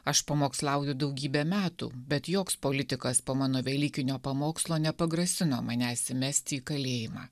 aš pamokslauju daugybę metų bet joks politikas po mano velykinio pamokslo nepagrasino manęs įmesti į kalėjimą